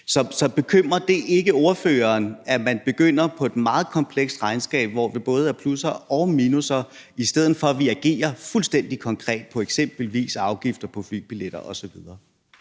Så bekymrer det ikke ordføreren, at man begynder på et meget komplekst regnskab, hvor der både er plusser og minusser, i stedet for at vi agerer fuldstændig konkret i forhold til eksempelvis afgifter på flybilletter osv.?